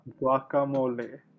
Guacamole